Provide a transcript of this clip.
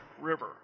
river